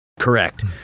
Correct